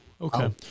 okay